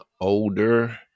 older